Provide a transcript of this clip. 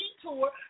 detour